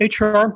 HR